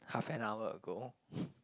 half an hour ago